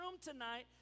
tonight